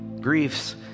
griefs